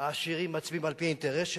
והעשירים מצביעים על-פי האינטרס שלהם,